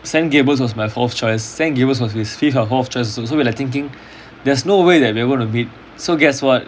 saint gabriel's was my fourth choice saint gabriel's was his fifth or fourth choice so we're like thinking there's no way that we're going to meet so guess what